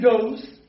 goes